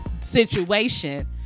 situation